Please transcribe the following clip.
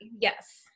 Yes